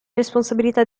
responsabilità